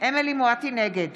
נגד